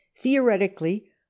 Theoretically